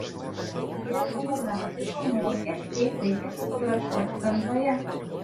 patyrę fotografai pamokė kaip reikia fotografuoti gamtoje